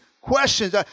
questions